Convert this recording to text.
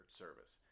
service